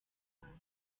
rwanda